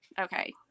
okay